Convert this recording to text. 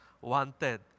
wanted